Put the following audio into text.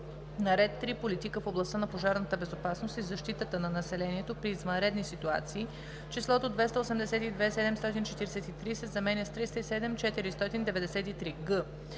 на ред 3. Политика в областта на пожарната безопасност и защитата на населението при извънредни ситуации числото „282 743,0“ се заменя с „307